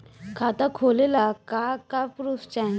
खाता खोलले का का प्रूफ चाही?